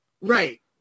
Right